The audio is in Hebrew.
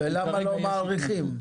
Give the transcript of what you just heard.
ולמה לא מאריכים?